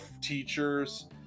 teachers